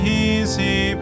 easy